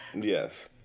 yes